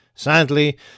Sadly